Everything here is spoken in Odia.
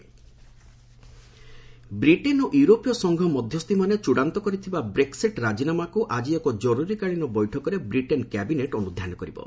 ବ୍ରେକ୍ସିଟ୍ ବ୍ରିଟେନ୍ ଓ ଇଉରୋପୀୟ ସଂଘ ମଧ୍ୟସ୍ଥିମାନେ ଚଡ଼ାନ୍ତ କରିଥିବା ବ୍ରେକ୍ନିଟ୍ ରାଜିନାମାକୁ ଆକ୍ଟି ଏକ କରୁରୀକାଳିନ ବୈଠକରେ ବିଟେନ୍ କ୍ୟାବିନେଟ୍ ଅନ୍ତଧ୍ୟାନ କରିବେ